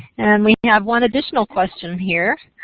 and we have one additional question here.